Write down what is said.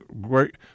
great